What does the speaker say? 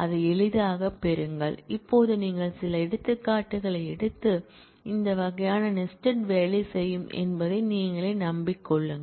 அதை எளிதாகப் பெறுங்கள் இப்போது நீங்கள் சில எடுத்துக்காட்டுகளை எடுத்து இந்த வகையான நெஸ்டட் வேலை செய்யும் என்பதை நீங்களே நம்பிக் கொள்ளுங்கள்